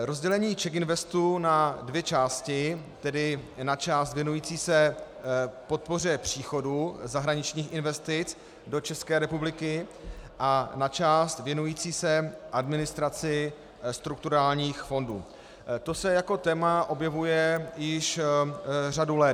Rozdělení CzechInvestu na dvě části, tedy na část věnující se podpoře příchodu zahraničních investic do České republiky a na část věnující se administraci strukturálních fondů, to se jako téma objevuje již řadu let.